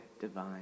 divine